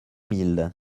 mille